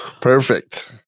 Perfect